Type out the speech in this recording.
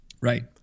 Right